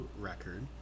record